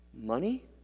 Money